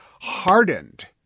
hardened